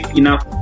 enough